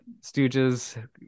stooges